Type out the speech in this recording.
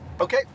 Okay